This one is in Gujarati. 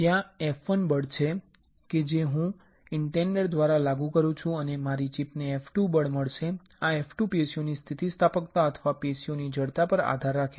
ત્યાં F1 બળ છે કે જે હું ઇંડેન્ટર દ્વારા લાગુ કરું છું અને મારી ચિપને F2 બળ મળશે આ F2 પેશીઓની સ્થિતિસ્થાપકતા અથવા પેશીઓની જડતા પર આધાર રાખે છે